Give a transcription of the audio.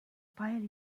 pile